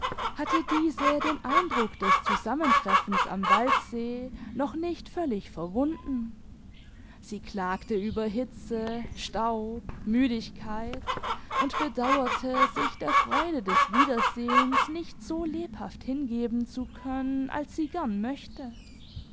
hatte diese den eindruck des zusammentreffens am waldsee noch nicht völlig verwunden sie klagte über hitze staub müdigkeit und bedauerte sich der freude des wiedersehens nicht so lebhaft hingeben zu können als sie gern möchte